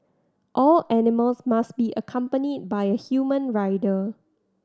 all animals must be accompanied by a human rider